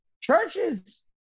churches